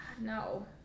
No